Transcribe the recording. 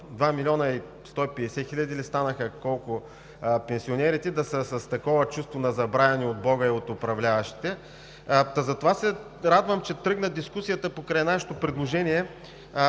2 млн. 150 хиляди души ли, колко станаха пенсионерите, да са с такова чувство на забравени от Бога и от управляващите. Затова се радвам, че тръгна дискусията покрай нашето предложение,